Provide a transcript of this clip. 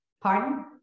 Pardon